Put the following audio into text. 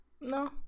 No